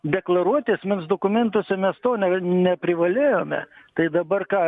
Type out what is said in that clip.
deklaruoti asmens dokumentuose mes to neprivalėjome tai dabar ką